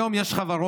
היום יש חברות